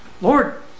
Lord